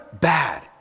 bad